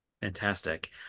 Fantastic